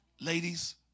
Ladies